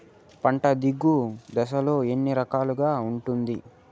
పంట ఎదుగు దశలు ఎన్ని రకాలుగా ఉంటుంది?